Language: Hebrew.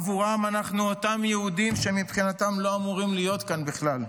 עבורם אנחנו אותם יהודים שמבחינתם לא אמורים להיות כאן בכלל,